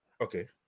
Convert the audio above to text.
Okay